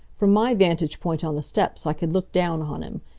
from my vantage point on the steps i could look down on him,